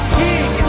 king